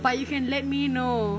but you can let me know